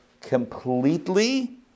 completely